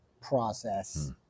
process